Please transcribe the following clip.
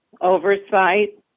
oversight